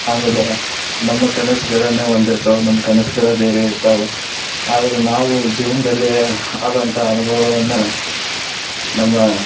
ಆಮೇಲೆ ನಮ್ಮ ಕನಸುಗಳನ್ನೇ ಒಂದಿರ್ತವೆ ನಮ್ಮ ಕನಸುಗಳೆ ಬೇರೆ ಇರ್ತಾವೆ ಆದರೂ ನಾವು ಜೀವನದಲ್ಲಿ ಆದಂಥ ಅನುಭವಗಳನ್ನ ನಮ್ಮ